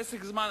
פסק זמן,